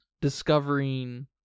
discovering